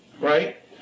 right